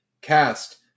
cast